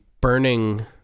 burning